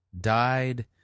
died